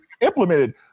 implemented